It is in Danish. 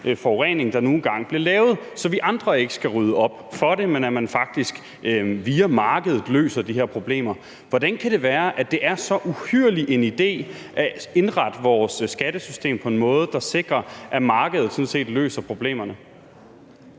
forurening, der nu engang bliver lavet, så vi andre ikke skal rydde op efter det, men at man faktisk via markedet løser de her problemer. Hvordan kan det være, at det er så uhyrlig en idé at indrette vores skattesystem på en måde, der sikrer, at markedet sådan set løser problemerne?